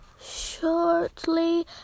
shortly